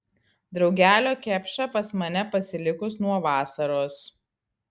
draugelio kepša pas mane pasilikus nuo vasaros